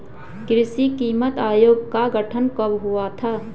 कृषि कीमत आयोग का गठन कब हुआ था?